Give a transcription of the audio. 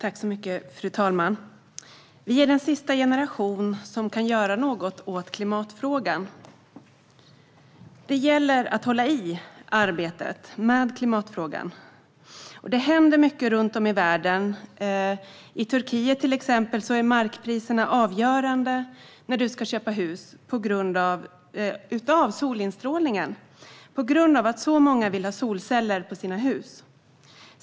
Fru talman! Vi är den sista generation som kan göra något åt klimatfrågan. Det gäller att hålla i arbetet med klimatfrågan. Det händer mycket runt om i världen. I Turkiet, till exempel, avgörs markpriserna när du ska köpa hus av solinstrålningen, på grund av att så många nu vill ha solceller på sina hus.